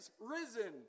risen